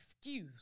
excuse